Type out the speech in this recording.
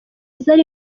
zari